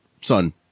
son